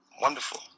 wonderful